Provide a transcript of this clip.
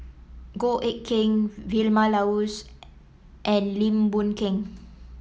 Goh Eck Kheng Vilma Laus and Lim Boon Keng